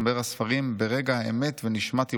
מחבר הספרים "ברגע האמת" ו"נשמת ירושלים".